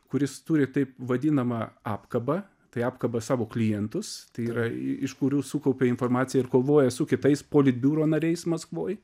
kuris turi taip vadinamą apkabą tai apkabą savo klientus tai yra iš kurių sukaupia informaciją ir kovoja su kitais politbiuro nariais maskvoj